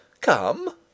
Come